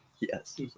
Yes